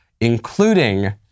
including